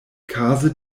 kaze